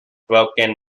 broken